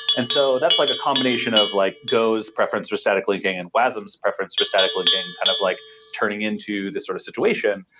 and so, that's like a combination of like go's preference for statically gained and wasm, so preference for statically gained kind of like turning into this sort of situation.